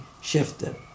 shifted